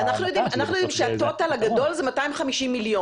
אבל אנחנו יודעים שהטוטאל הגדול זה 250 מיליון.